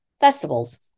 festivals